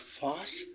fast